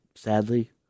Sadly